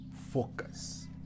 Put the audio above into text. Focus